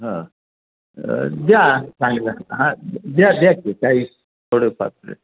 हं द्या चांगलं हां द्या द्या की काही थोडंफार